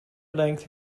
length